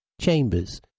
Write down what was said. Chambers